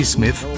Smith